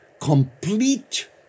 complete